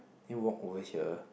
then you walk over here